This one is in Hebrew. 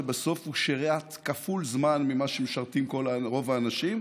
ובסוף הוא שירת כפול זמן ממה שמשרתים רוב האנשים,